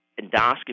endoscopy